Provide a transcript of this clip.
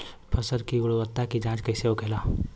फसल की गुणवत्ता की जांच कैसे होखेला?